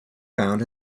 found